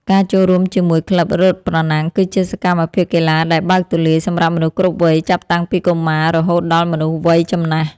ការចូលរួមជាមួយក្លឹបរត់ប្រណាំង គឺជាសកម្មភាពកីឡាដែលបើកទូលាយសម្រាប់មនុស្សគ្រប់វ័យចាប់តាំងពីកុមាររហូតដល់មនុស្សវ័យចំណាស់។